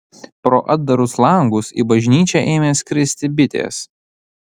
pro atdarus langus į bažnyčią ėmė skristi bitės